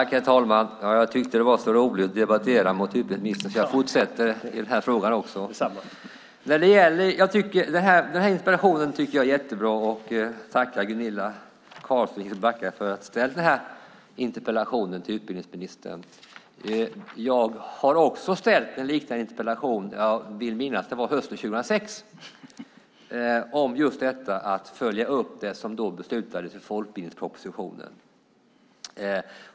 Herr talman! Jag tyckte att det var så roligt att debattera med utbildningsministern att jag fortsätter i den här frågan också. Den här interpellationen är jättebra, och jag tackar Gunilla Carlsson i Hisings Backa för att hon har ställt den till utbildningsministern. Jag har ställt en liknande interpellation - jag vill minnas att det var hösten 2006 - om just detta att följa upp det som då beslutades om folkbildningspropositionen.